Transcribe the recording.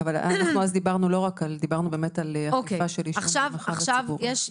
אבל אנחנו דיברנו על אכיפה של עישון במרחב הציבורי.